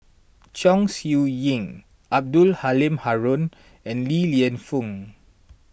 Chong Siew Ying Abdul Halim Haron and Li Lienfung